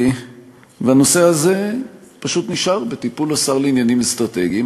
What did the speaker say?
הנושא הזה פשוט נשאר בטיפול השר לנושאים אסטרטגיים,